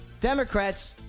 Democrats